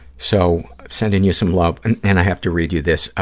so, sending you some love, and and i have to read you this,